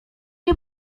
nie